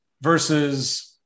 versus